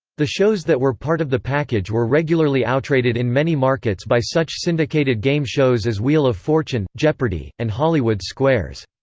the shows that were part of the package were regularly outrated in many markets by such syndicated game shows as wheel of fortune, jeopardy! and hollywood squares.